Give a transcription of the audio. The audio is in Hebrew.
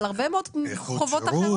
על הרבה מאוד חובות אחרות.